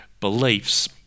beliefs